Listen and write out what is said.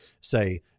say